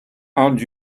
and